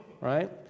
right